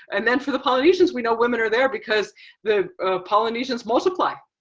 and then for the polynesians, we know women are there because the polynesians multiply.